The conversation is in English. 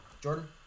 Jordan